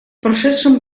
прошедшем